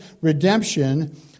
redemption